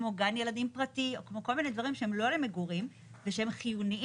כמו גן ילדים פרטי או כמו כל מיני דברים שהם לא למגורים ושהם חיוניים